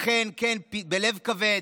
אכן כן, בלב כבד,